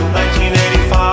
1985